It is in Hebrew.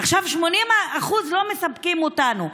עכשיו, 80% לא מספקים אותנו.